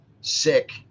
sick